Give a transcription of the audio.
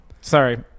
Sorry